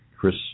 Chris